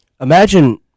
Imagine